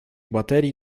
baterii